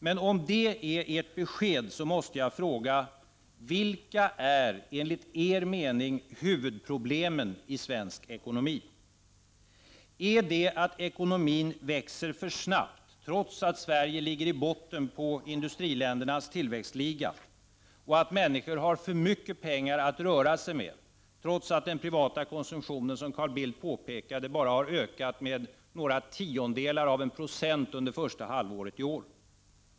Men om det är ert besked måste jag fråga: Vilka är enligt er mening huvudproblemen i svensk ekonomi? Är det ett problem att ekonomin växer för snabbt — trots att Sverige ligger i botten på industriländernas tillväxtliga — och att människor har för mycket pengar att röra sig med, trots att den privata konsumtionen, som Carl Bildt påpekade, bara har ökat med några tiondelar av en procent under första halvåret i år?